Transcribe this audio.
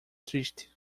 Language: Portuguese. triste